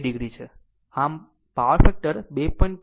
અમે power factor 2